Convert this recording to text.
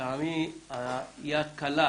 לטעמי היד קלה